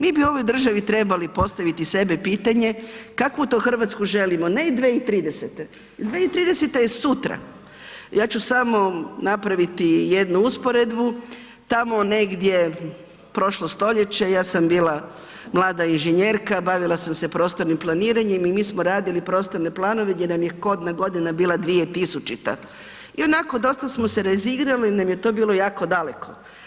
Mi bi ovoj državi trebali postaviti sebi pitanje kakvu to Hrvatsku želimo, ne 2030., 2030. je sutra, ja ću samo napraviti jednu usporedbu, tamo negdje prošlo stoljeće, ja sam bila mlada inženjerka, bavila sam se prostornim planiranjem i mi smo radili prostorne planove gdje nam je kodna godina bila 2000. i onako dosta smo se razigrali jer nam je to bilo jako daleko.